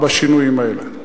השינויים האלה.